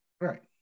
Right